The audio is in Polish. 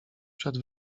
przed